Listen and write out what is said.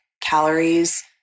calories